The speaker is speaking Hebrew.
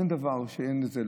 אין דבר כזה שאין את זה.